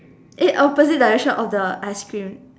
eh opposite direction of the ice cream